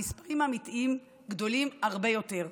המספרים האמיתיים גדולים הרבה יותר.